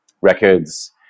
records